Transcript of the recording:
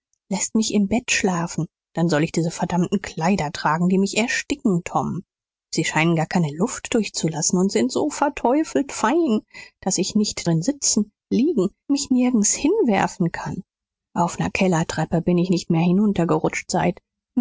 läßt mich im bett schlafen dann soll ich diese verdammten kleider tragen die mich ersticken tom sie scheinen gar keine luft durchzulassen und sind so verteufelt fein daß ich nicht drin sitzen liegen mich nirgends hinwerfen kann auf ner kellertreppe bin ich nicht mehr hinuntergerutscht seit